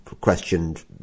questioned